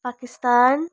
Pakistan